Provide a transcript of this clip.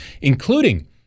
including